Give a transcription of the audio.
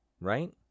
right